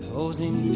Posing